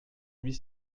huit